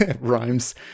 rhymes